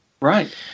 Right